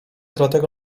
dlatego